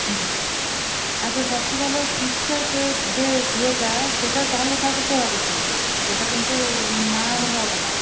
হুম আচ্ছা সবচেয়ে ভালো পিকচার যে ইয়েটা সেটার ভালো থাকতে হবে কিন্তু সেটা কিন্তু না হলে হবে না